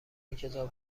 کتاب